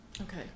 Okay